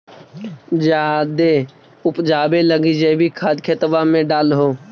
जायदे उपजाबे लगी जैवीक खाद खेतबा मे डाल हो?